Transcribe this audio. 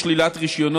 גברתי היושבת-ראש,